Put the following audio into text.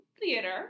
theater